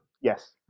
Yes